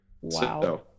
Wow